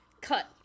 cut